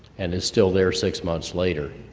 and is still there six months later,